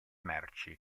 merci